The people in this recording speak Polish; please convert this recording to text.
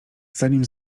zanim